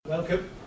Welcome